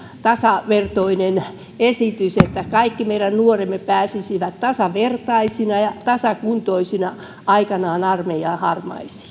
tasavertainen esitys että kaikki meidän nuoremme pääsisivät tasavertaisina ja tasakuntoisina aikanaan armeijan harmaisiin